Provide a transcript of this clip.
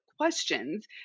questions